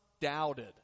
doubted